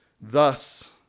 thus